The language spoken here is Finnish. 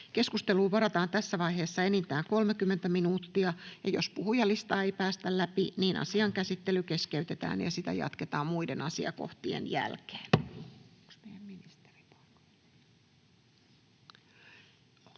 Keskusteluun varataan tässä vaiheessa enintään 30 minuuttia. Jos puhujalistaa ei päästä läpi, asian käsittely keskeytetään ja sitä jatketaan muiden asiakohtien jälkeen.